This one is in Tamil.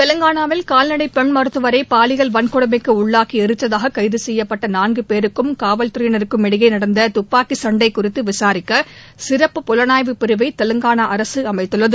தெலங்கானாவில் கால்நடை பெண் மருத்துவரை பாலியல் கொடுமைக்கு உள்ளாக்கி எரித்ததாக கைது செய்யப்பட்ட நான்கு பேருக்கும் காவல்துறையினருக்கும் இடையே நடந்த துப்பாக்கி சண்டை குறித்து விசாரிக்க சிறப்பு புலனாய்வு பிரிவை தெலங்கானா அரசு அமைத்துள்ளது